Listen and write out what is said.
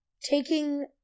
taking